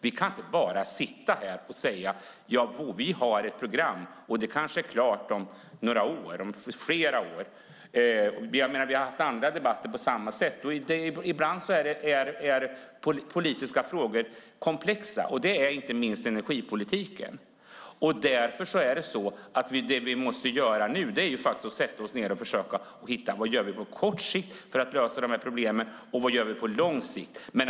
Vi kan inte bara sitta här och säga att vi har ett program och det kanske är klart om några eller flera år. Vi har fört andra debatter på samma sätt. Ibland är politiska frågor komplexa. Det är inte minst energipolitiken. Därför är det vi måste göra nu faktiskt att sätta oss ned och hitta vad vi kan göra på kort sikt för att lösa de här problemen och vad vi kan göra på lång sikt.